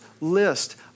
list